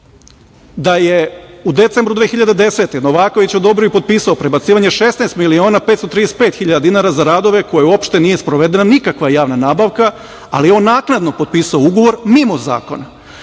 da je u decembru 2010. godine Novaković odobrio i potpisao prebacivanje 16 miliona 535 hiljade dinara za radove za koje uopšte nije sprovedena nikakva javna nabavka, ali on naknadno potpisao ugovor mimo zakona.